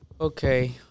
Okay